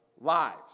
lives